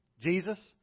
Jesus